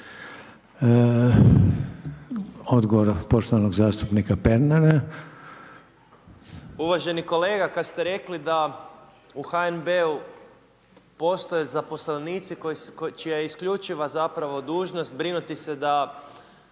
Odgovor poštovanog zastupnika Pernara. **Pernar, Ivan (Živi zid)** Uvaženi kolega, kada ste rekli da u HNB-u postoje zaposlenici čija je isključiva zapravo dužnost brinuti se da